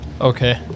Okay